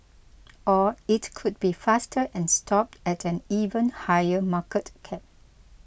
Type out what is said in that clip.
or it could be faster and stop at an even higher market cap